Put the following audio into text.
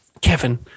Kevin